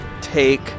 Take